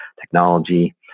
technology